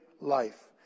life